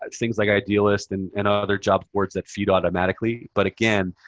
things like idealist and and other job boards that feed automatically, but again,